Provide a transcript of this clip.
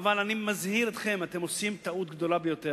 אבל אני מזהיר אתכם: אתם עושים טעות גדולה ביותר.